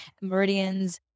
meridians